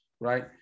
Right